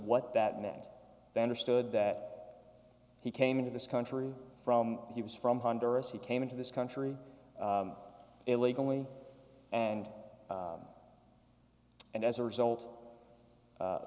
what that meant then or stood that he came into this country from he was from honduras he came into this country illegally and and as a result